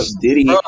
Diddy